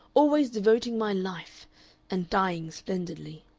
always devoting my life and dying splendidly.